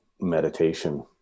meditation